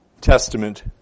Testament